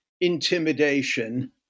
intimidation